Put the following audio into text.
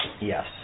Yes